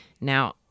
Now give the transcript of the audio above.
Now